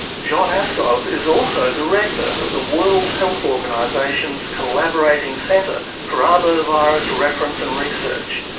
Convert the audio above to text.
john aaskov is also director of the world health organisation's collaborating centre for arbovirus reference and research.